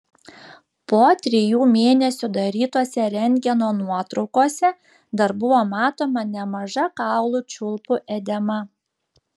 po trijų mėnesių darytose rentgeno nuotraukose dar buvo matoma nemaža kaulų čiulpų edema